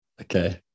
okay